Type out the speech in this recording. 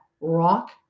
rock